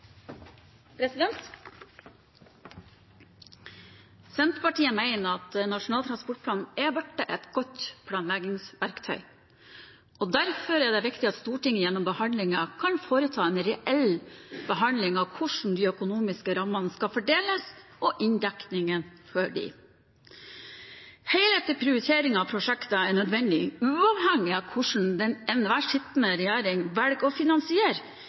Senterpartiet mener at Nasjonal transportplan er blitt et godt planleggingsverktøy. Derfor er det viktig at Stortinget gjennom behandlingen kan foreta en reell behandling av hvordan de økonomiske rammene skal fordeles, og inndekningen for dem. Helhetlig prioritering av prosjekter er nødvendig, uavhengig av hvordan enhver sittende regjering velger å finansiere